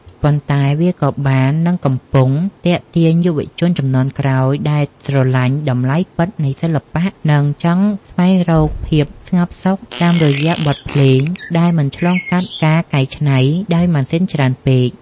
ប៉ុន្តែវាក៏បាននិងកំពុងទាក់ទាញយុវជនជំនាន់ក្រោយដែលស្រឡាញ់តម្លៃពិតនៃសិល្បៈ និងចង់ស្វែងរកភាពស្ងប់សុខតាមរយៈបទភ្លេងដែលមិនឆ្លងកាត់ការកែច្នៃដោយម៉ាស៊ីនច្រើនពេក។